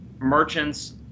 merchants